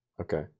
okay